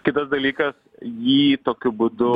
kitas dalykas jį tokiu būdu